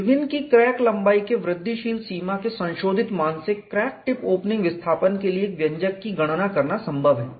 Irwin के crack लंबाई के वृद्धिशील सीमा के संशोधित मान से क्रैक टिप ओपनिंग विस्थापन के लिए एक व्यंजक की गणना करना संभव है